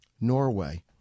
Norway